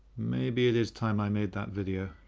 maybe it is time i made that video.